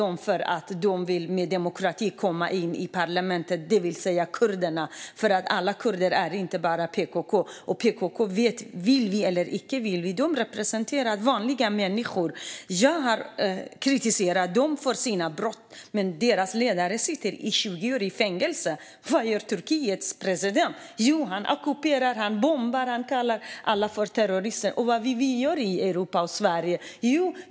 Men Erdogan ogillade dem för att de, det vill säga kurderna, genom demokrati ville komma in i parlamentet. Alla kurder är inte bara PKK, och vare sig vi vill eller ej representerar PKK vanliga människor. Jag har kritiserat PKK för deras brott, men deras ledare sitter 20 år i fängelse. Och vad gör Turkiets president? Jo, han ockuperar och bombar och kallar alla för terrorister. Vad gör vi i Europa och Sverige?